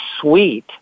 sweet